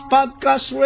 Podcast